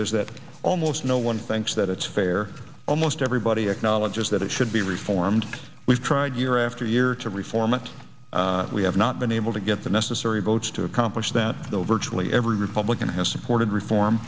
is that almost no one thinks that it's fair almost everybody acknowledges that it should be reformed we've tried year after year to reform it we have not been able to get the necessary votes to accomplish that though virtually every republican has supported reform